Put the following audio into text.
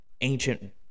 ancient